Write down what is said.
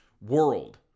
world